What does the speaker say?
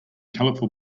colorful